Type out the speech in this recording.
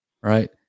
Right